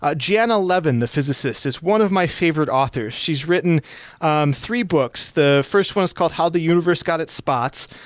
ah jena levin, the physicist, is one of my favorite authors. she's written um three books, the first was called how the universe got its spots.